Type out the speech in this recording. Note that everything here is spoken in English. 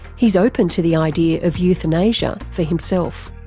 he's open to the idea of euthanasia for himself.